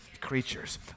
creatures